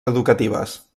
educatives